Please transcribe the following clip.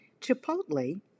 Chipotle